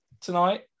tonight